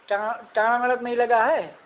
तहाँ तहाँ नही लगा है